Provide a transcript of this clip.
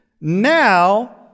now